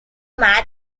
match